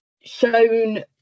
shown